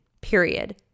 Period